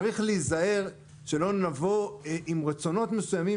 צריך להיזהר שלא נבוא עם רצונות מסוימים